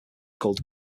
called